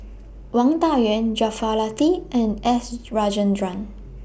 Wang Dayuan Jaafar Latiff and S Rajendran